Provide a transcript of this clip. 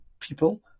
people